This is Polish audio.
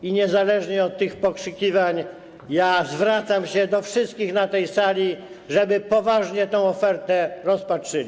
I niezależnie od tych pokrzykiwań, ja zwracam się do wszystkich na tej sali, żeby poważnie tę ofertę rozpatrzyli.